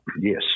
yes